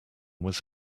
was